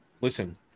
listen